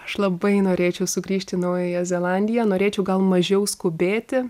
aš labai norėčiau sugrįžti į naująją zelandiją norėčiau gal mažiau skubėti